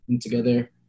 together